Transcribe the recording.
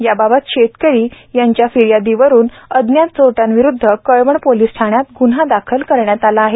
याबाबत शेतकरी यांच्या फिर्यादीवरून अज्ञात चोरट्यांविरोधात कळवण पोलीस ठाण्यात ग्न्हा दाखल करण्यात आला आहे